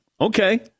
Okay